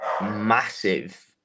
massive